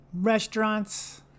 Restaurants